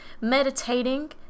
meditating